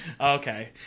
okay